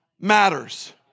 matters